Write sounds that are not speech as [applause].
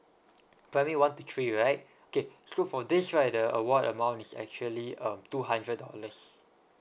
[noise] primary one to three right okay so for this right the award amount is actually um two hundred dollars